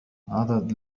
عدد